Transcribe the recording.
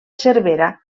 cervera